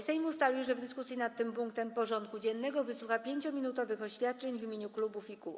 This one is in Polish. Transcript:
Sejm ustalił, że w dyskusji nad tym punktem porządku dziennego wysłucha 5-minutowych oświadczeń w imieniu klubów i kół.